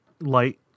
light